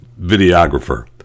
videographer